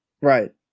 Right